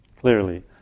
Clearly